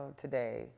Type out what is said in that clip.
today